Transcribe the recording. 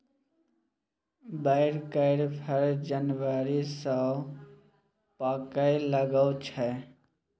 बैर केर फर जनबरी सँ पाकय लगै छै